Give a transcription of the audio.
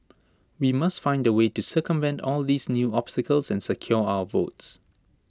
we must find A way to circumvent all these new obstacles and secure our votes